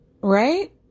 Right